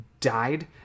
died